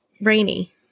Rainy